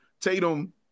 Tatum